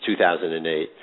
2008